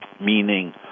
meaning